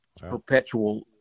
Perpetual